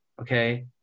Okay